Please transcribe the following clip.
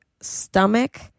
stomach